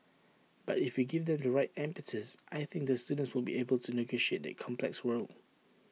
but if we give them the right impetus I think the students will be able to negotiate that complex world